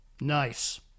Nice